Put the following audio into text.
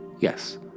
Yes